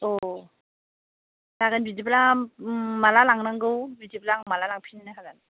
अ जागोन बिब्दिब्ला माला लांनांगौ बिब्दिब्ला आं माला लांफिननो हागोन